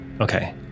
Okay